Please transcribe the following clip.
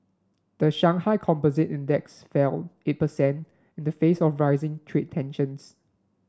the Shanghai Composite Index fell eight percent in the face of rising trade tensions